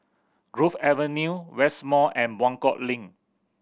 Grove Avenue West Mall and Buangkok Link